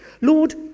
Lord